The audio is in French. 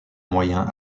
moyen